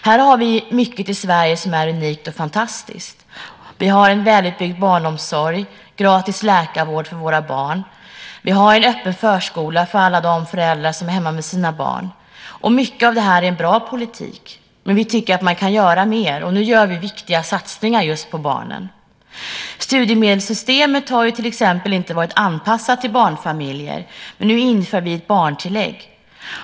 Här har vi mycket i Sverige som är unikt och fantastiskt. Vi har en välutbyggd barnomsorg, gratis läkarvård för våra barn och en öppen förskola för alla barn vars föräldrar är hemma. Mycket av det här är bra politik, men vi tycker att man kan göra mer, och nu gör vi viktiga satsningar just på barnen. Studiemedelssystemet har ju till exempel inte varit anpassat för barnfamiljer, men nu inför vi barntillägg.